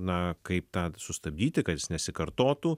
na kaip tą sustabdyti kad jis nesikartotų